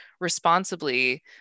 responsibly